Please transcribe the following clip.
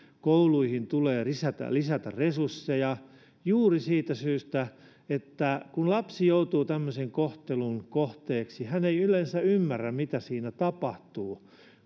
kouluihin tulee lisätä lisätä resursseja juuri siitä syystä että kun lapsi joutuu tämmöisen kohtelun kohteeksi hän ei yleensä ymmärrä mitä siinä tapahtuu